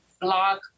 block